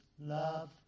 love